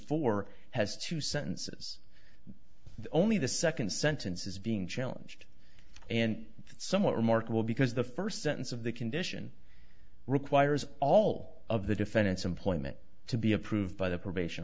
for has two sentences only the second sentence is being challenged and it's somewhat remarkable because the first sentence of the condition requires all of the defendant's employment to be approved by the probation